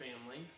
families